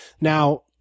Now